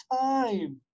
time